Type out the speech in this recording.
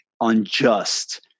unjust